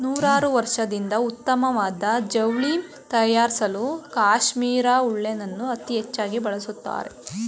ನೂರಾರ್ವರ್ಷದಿಂದ ಉತ್ತಮ್ವಾದ ಜವ್ಳಿ ತಯಾರ್ಸಲೂ ಕಾಶ್ಮೀರ್ ಉಲ್ಲೆನನ್ನು ಅತೀ ಹೆಚ್ಚಾಗಿ ಬಳಸ್ತಾರೆ